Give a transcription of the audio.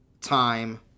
Time